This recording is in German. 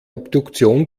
obduktion